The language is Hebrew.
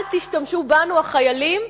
אל תשתמשו בנו, החיילים,